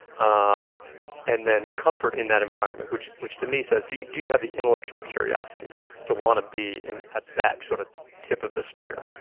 um and then comfort in that environment, which which to me says, do you do you have the intellectual curiosity to want to be at that sort of tip of the spear?